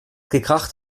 gekracht